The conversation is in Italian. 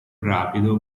rapido